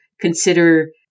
consider